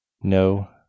No